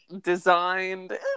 designed